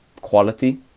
quality